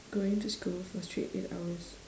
going to school for straight eight hours